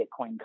Bitcoin